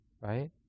Right